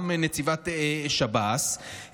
גם נציבת שב"ס,